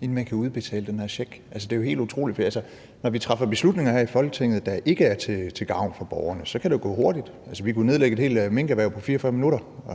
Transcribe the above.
inden man kan udbetale den her check? Det er jo helt utroligt. Når vi træffer beslutninger her i Folketinget, der ikke er til gavn for borgerne, så kan det jo gå hurtigt. Vi kunne nedlægge et helt minkerhverv på 44 minutter.